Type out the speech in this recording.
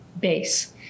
base